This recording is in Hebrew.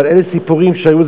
אבל אלה סיפורים שהיו,